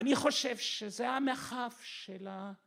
אני חושב שזה המרחב של ה...